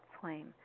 flame